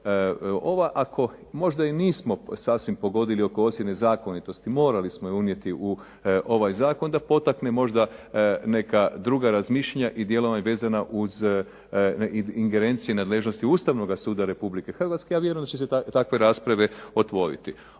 ako možda i nismo sasvim pogodili oko ocjene zakonitosti morali smo je unijeti u ovaj zakon da potakne možda neka druga razmišljanja i dijelove vezane uz ingerencije nadležnosti Ustavnoga suda Republike Hrvatske, a vjerujem da će se takve rasprave otvoriti.